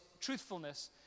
truthfulness